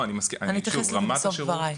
אני אתייחס לזה בסוף דבריי.